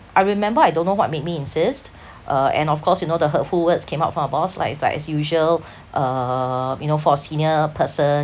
I remember I don't know what made me insist uh and of course you know the hurtful words came out from my boss like is like as usual uh you know for a senior person